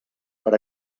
per